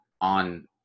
on